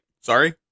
Sorry